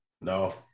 No